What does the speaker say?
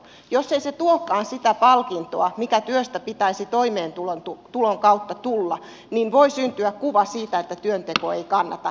jos ei se tuokaan sitä palkintoa mikä työstä pitäisi toimeentulon kautta tulla voi syntyä kuva siitä että työnteko ei kannata